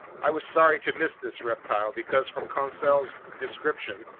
i was sorry to miss this reptile, because from conseil's description,